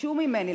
ביקשו ממני,